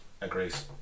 agrees